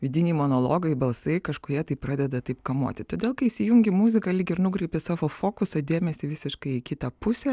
vidiniai monologai balsai kažkurie tai pradeda taip kamuoti todėl kai įsijungi muziką lyg ir nukreipi savo fokusą dėmesį visiškai į kitą pusę